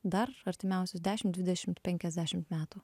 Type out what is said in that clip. dar artimiausius dešim dvidešimt penkiasdešimt metų